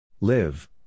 Live